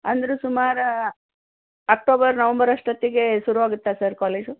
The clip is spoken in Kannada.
ಅಂದರೆ ಸುಮಾರು ಅಕ್ಟೋಬರ್ ನವಂಬರ್ ಅಷ್ಟೊತ್ತಿಗೆ ಶುರುವಾಗುತ್ತಾ ಸರ್ ಕಾಲೇಜ್